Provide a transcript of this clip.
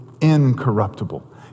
incorruptible